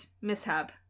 mishap